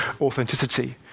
authenticity